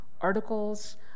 articles